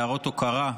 להראות הוקרה.